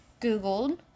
googled